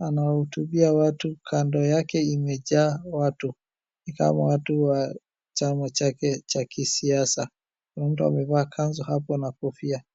Anawahutubia watu kando yake imejaa watu ni kama watu wa chama chake cha kisiasa, kuna mtu amevaa kanzu hapo na kofia.